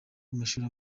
w’amashuri